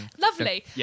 Lovely